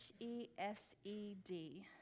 H-E-S-E-D